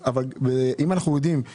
אבל הילדים לא